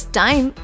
time